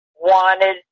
wanted